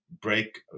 break